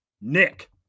Nick